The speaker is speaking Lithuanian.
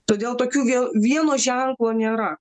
todėl tokių vien vieno ženklo nėra